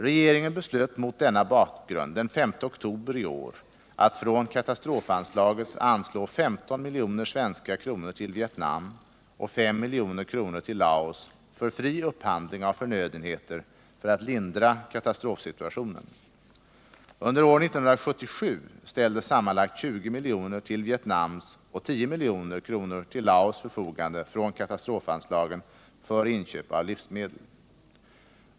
Regeringen beslöt mot denna bakgrund den 5 oktober i år att från katastrofanslaget anslå 15 miljoner svenska kronor till Vietnam och 5 milj.kr. till Laos för fri upphandling av förnödenheter för att lindra katastrofsituationen. Under år 1977 ställdes sammanlagt 20 milj.kr. till Vietnams och 10 milj.kr. till Laos förfogande från katastrofanslagen för inköp av livsmedel.